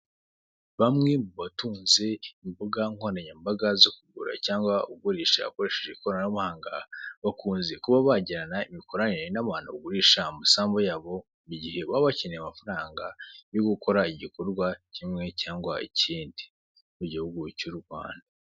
Bamwe mu batunze imbuga nkoranyambaga zo kugura cyangwa ugurisha ukoresheje ikoranabuhanga, bakunze kuba bagirana imikoranire n'abantu bagurusha amasambu yabo, igihe baba bakeneye amafaranga yo gukora igikorwa kimwe cyangwa ikindi mugihugu cy'u Rwanda.